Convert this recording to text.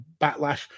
Backlash